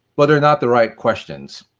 but they're not the right questions.